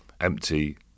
empty